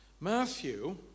Matthew